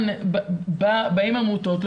באות העמותות,